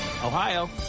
Ohio